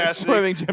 swimming